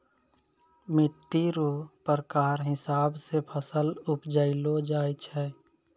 मिट्टी रो प्रकार हिसाब से फसल उपजैलो जाय छै